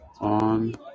on